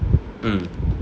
mm